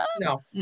No